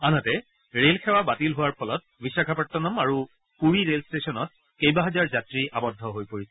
আনহাতে ৰেলসেৱা বাতিল হোৱাৰ ফলত বিশাপট্টনম আৰু পুৰী ৰে'ল ষ্টেচনত কেইবাহাজাৰ যাত্ৰী আবদ্ধ হৈ পৰিছে